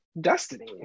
destiny